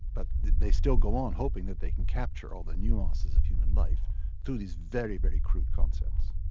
but they still go on, hoping that they can capture all the nuances of human life through these very, very crude concepts.